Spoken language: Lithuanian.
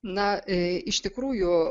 na e ištikrųjų